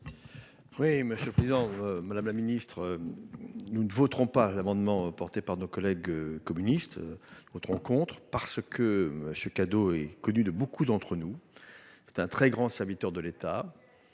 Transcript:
Oui, monsieur le Président Madame la Ministre. Nous ne voterons pas d'amendements apportés par nos collègues communistes. Voteront contre, parce que ce cadeau est connu de beaucoup d'entre nous. C'est un très grand serviteur de l'État.